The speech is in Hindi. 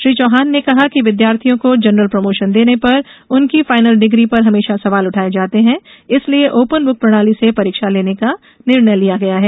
श्री चौहान ने कहा कि विद्यार्थियों को जनरल प्रमोशन देर्न पर उनकी फायनल डिग्री पर हमेशा सवाल उठाये जाते हैं इसलिये ओपन बुक प्रणाली से परीक्षा लेने का निर्णय लिया गया है